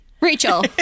Rachel